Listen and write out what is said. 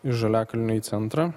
iš žaliakalnio į centrą